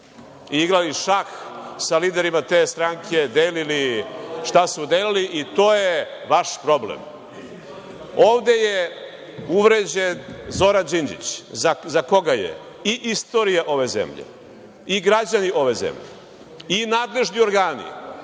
igrali šah sa liderima te stranke, delili šta su delili i to je vaš problem. Ovde je uvređen Zoran Đinđić za koga i istorija ove zemlje i građani ove zemlje i nadležni organi